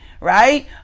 right